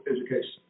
education